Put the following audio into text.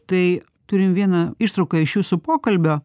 tai turim vieną ištrauką iš jūsų pokalbio